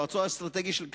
יועצו האסטרטגי של קלינטון,